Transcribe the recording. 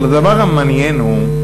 אבל הדבר המעניין הוא,